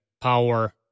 Power